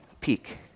peak